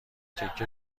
تکه